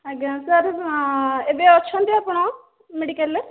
ଆଜ୍ଞା ସାର୍ ଏବେ ଅଛନ୍ତି ଆପଣ ମେଡ଼ିକାଲ୍ରେ